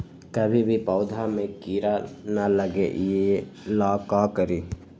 कभी भी पौधा में कीरा न लगे ये ला का करी?